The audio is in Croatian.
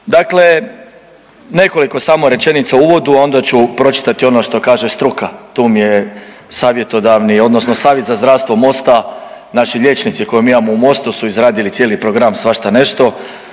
Dakle nekoliko samo rečenica o uvodu, a onda ću pročitati ono što kaže struka, tu mi je savjetodavni, odnosno savjet za zdravstvo Mosta, naši liječnici koje mi imamo u Mostu su izradili cijeli program, svašta nešto,